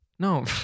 No